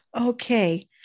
Okay